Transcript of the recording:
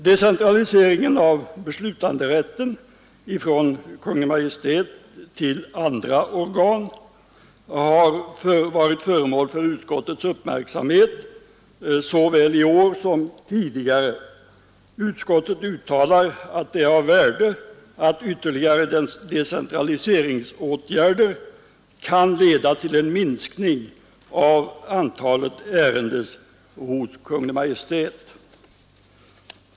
Decentraliseringen av beslutanderätten från Kungl. Maj:t till andra organ har varit föremål för utskottets uppmärksamhet såväl i år som tidigare. Utskottet uttalar att det är av värde att ytterligare decentraliseringsåtgärder kan leda till en minskning av antalet ärenden hos Kungl. Maj:t.